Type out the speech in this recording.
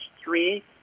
three